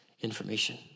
information